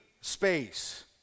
space